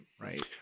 right